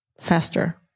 faster